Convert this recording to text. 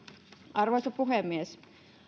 arvoisa puhemies